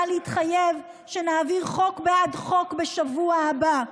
להתחייב שנעביר חוק בעד חוק בשבוע הבא,